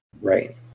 right